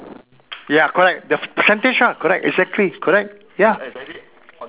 ya correct the percentage lah correct exactly correct ya